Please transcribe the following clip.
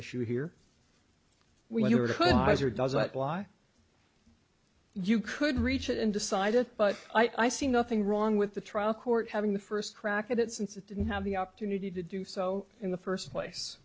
issue here when you are good guys or does that why you could reach out and decided but i see nothing wrong with the trial court having the first crack at it since it didn't have the opportunity to do so in the first place